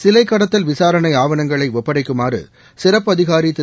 சிலை கடத்தல் விசாரணை ஆவணங்களை ஒப்படைக்குமாறு சிறப்பு அதிகாரி திரு